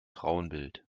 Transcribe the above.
frauenbild